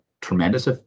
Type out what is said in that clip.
tremendous